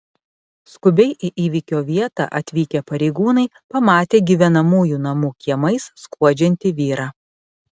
skubiai į įvykio vietą atvykę pareigūnai pamatė gyvenamųjų namų kiemais skuodžiantį vyrą